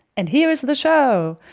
and here is the show.